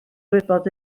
gwybod